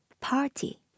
party